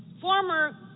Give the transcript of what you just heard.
former